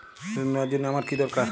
ঋণ নেওয়ার জন্য আমার কী দরকার?